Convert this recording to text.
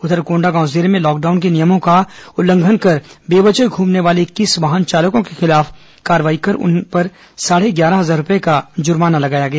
उधर कोंडागांव जिले में लॉकडाउन के नियमों का उल्लंघन कर बेवजह घूमने वाले इकतीस वाहनों चालकों के खिलाफ कार्रवाई कर उन पर साढ़े ग्यारह हजार रूपये का जुर्माना लगाया गया